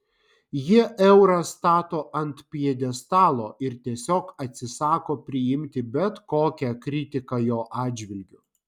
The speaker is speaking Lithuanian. jie eurą stato ant pjedestalo ir tiesiog atsisako priimti bet kokią kritiką jo atžvilgiu